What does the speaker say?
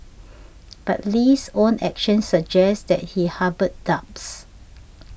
but Lee's own actions suggest that he harboured doubts